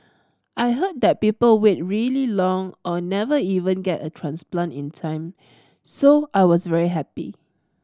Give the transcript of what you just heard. I heard that people wait really long or never even get a transplant in time so I was very happy